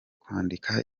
kwandika